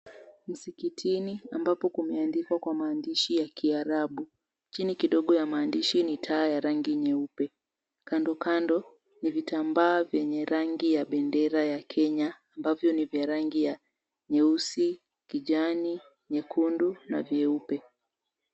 msikitini ambako kumeandikwa kwa maandishi ya kiarabu chini kidogo ya maandishi ni taa ya rangi nyeupe ,kando kando ni vitambaa venye rangi ya bendera ya kenya ambavyo ni vya rangi ya ,nyeusi kijani ,nyekundu na vyeupe.